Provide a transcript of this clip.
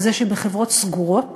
וזה שבחברות סגורות